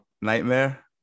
nightmare